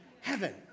heaven